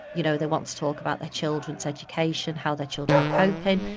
you know they want to talk about their children's education, how their children are coping,